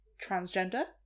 transgender